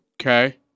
Okay